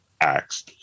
acts